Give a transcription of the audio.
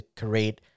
create